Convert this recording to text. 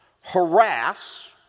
harass